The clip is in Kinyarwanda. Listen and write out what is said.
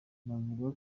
navuga